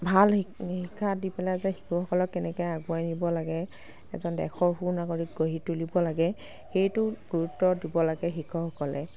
ভাল শি শিক্ষা দি পেলাই যে শিশুসকলক কেনেকৈ আগুৱাই নিব লাগে এজন দেশৰ সু নাগৰিক গঢ়ি তুলিব লাগে সেইটোত গুৰুত্ব দিব লাগিব শিক্ষকসকলে